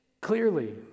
clearly